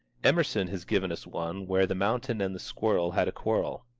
emerson has given us one where the mountain and the squirrel had a quarrel.